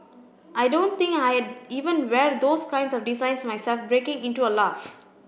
I don't think I'd even wear those kinds of designs myself breaking into a laugh